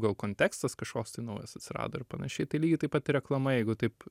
gal kontekstas kažkoks tai naujas atsirado ir panašiai tai lygiai taip pat ir reklama jeigu taip